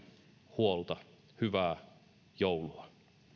huolta hyvää joulua